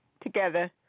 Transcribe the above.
together